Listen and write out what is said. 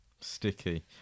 sticky